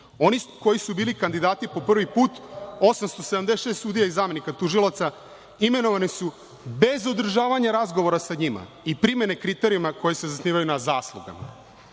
Oni koji su bili kandidati po prvi put, 876 sudija i zamenika tužilaca, imenovani su bez održavanja razgovora sa njima i primene kriterijuma koji se zasnivaju na zaslugama.